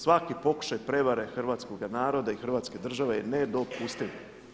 Svaki pokušaj prevare hrvatskoga naroda i Hrvatske države je nedopustiv.